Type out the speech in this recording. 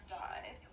died